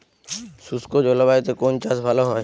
শুষ্ক জলবায়ুতে কোন চাষ ভালো হয়?